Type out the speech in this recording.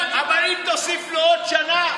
אבל אם תוסיף לו עוד שנה,